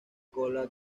cola